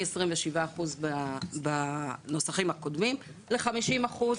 מ-27 אחוזים בנוסחים הקודמים ל-50 אחוזים,